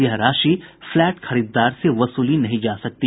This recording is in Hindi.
यह राशि फ्लैट खरीददार से वसूली नहीं जा सकती